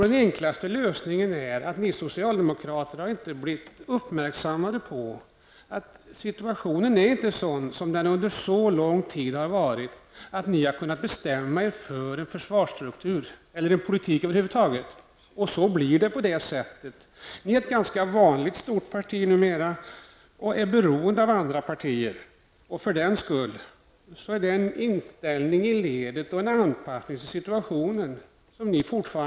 Den enklaste lösningen är att ni socialdemokrater inte har blivit uppmärksammade på att situationen inte är sådan som den under så lång tid har varit att ni har kunnat bestämma er för en försvarsstruktur eller en politik över huvud taget. Ni utgör ett vanligt stort parti numera, och ni är beroende av andra partier. Ni behärskar fortfarande inte förmågan att ställa er i ledet och anpassa er till situationen.